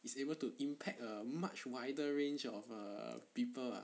is able to impact a much wider range of err people lah